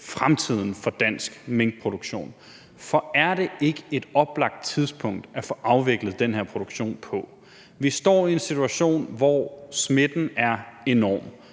fremtiden for dansk minkproduktion. For er det ikke et oplagt tidspunkt at få afviklet den her produktion på? Vi står i en situation, hvor smitten er enorm,